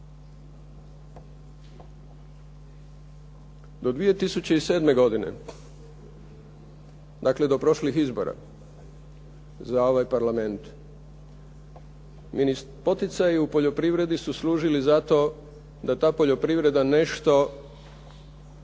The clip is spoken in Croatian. Do 2007. godine, dakle do prošlih izbora za ovaj Parlament, poticaji u poljoprivredi su služili za to da ta poljoprivreda nešto